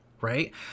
right